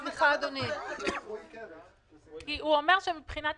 אז למה --- כי הוא אומר שמבחינה תפעולית,